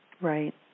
Right